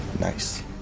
Nice